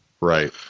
right